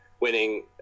winning